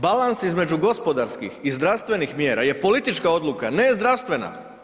Balans između gospodarskih i zdravstvenih mjera je politička odluka, ne zdravstvena.